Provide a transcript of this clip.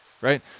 right